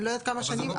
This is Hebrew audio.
לא יודעת כמה שנים,